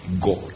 God